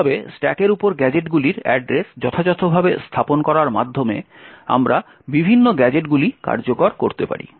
এইভাবে স্ট্যাকের উপর গ্যাজেটগুলির অ্যাড্রেস যথাযথভাবে স্থাপন করার মাধ্যমে আমরা বিভিন্ন গ্যাজেটগুলি কার্যকর করতে পারি